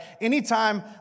anytime